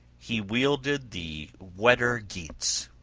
he wielded the weder-geats.